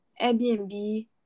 Airbnb